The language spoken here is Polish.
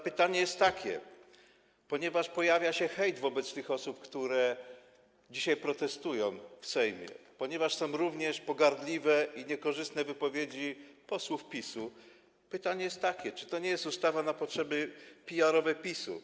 Ponieważ pojawia się hejt wobec tych osób, które dzisiaj protestują w Sejmie, ponieważ są również pogardliwe i niekorzystne wypowiedzi posłów PiS-u, pytanie jest takie: Czy to nie jest ustawa na potrzeby PR-owskie PiS-u?